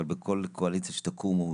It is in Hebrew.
אבל בכל קואליציה שתקום,